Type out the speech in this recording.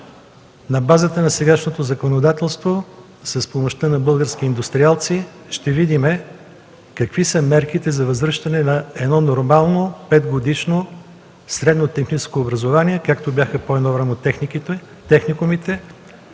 На базата на сегашното законодателство, с помощта на български индустриалци ще видим какви са мерките за възвръщане на едно нормално 5-годишно средно-техническо образование, както бяха по-рано техникумите.